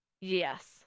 Yes